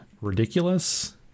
ridiculous